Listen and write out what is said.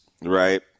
right